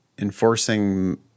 enforcing